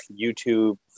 YouTube